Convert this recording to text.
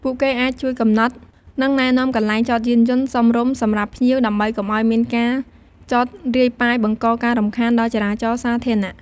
ពួកគេអាចជួយកំណត់ និងណែនាំកន្លែងចតយានយន្តសមរម្យសម្រាប់ភ្ញៀវ ដើម្បីកុំឱ្យមានការចតរាយប៉ាយបង្កការរំខានដល់ចរាចរណ៍សាធារណៈ។